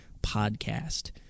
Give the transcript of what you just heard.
podcast